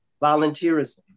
volunteerism